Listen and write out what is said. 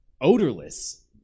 Odorless